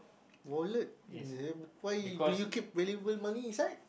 wallet uh why do you keep valuable money inside